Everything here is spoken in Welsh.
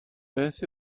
beth